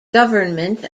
government